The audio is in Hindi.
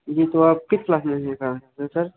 जी तो आप किस क्लास में हैं सर